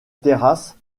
terrasse